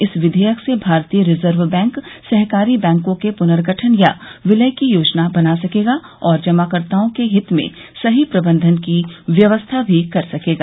इस विधेयक से भारतीय रिजर्व बैंक सहकारी बैंकों के पुनर्गठन या विलय की योजना बना सकेगा और जमाकर्ताओं के हित में सही प्रबंधन की व्यवस्था भी कर सकेगा